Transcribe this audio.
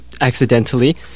accidentally